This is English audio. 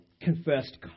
confessed